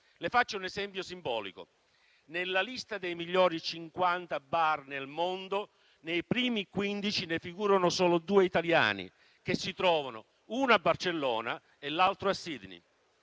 Le faccio un esempio simbolico: nella lista dei migliori 50 bar nel mondo, nei primi 15 ne figurano solo due italiani, che si trovano uno a Barcellona e l'altro a Sydney.